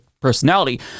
personality